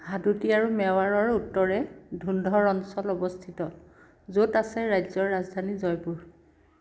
হাদোতি আৰু মেৱাৰৰ উত্তৰে ধুন্ধৰ অঞ্চল অৱস্থিত য'ত আছে ৰাজ্যৰ ৰাজধানী জয়পুৰ